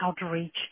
outreach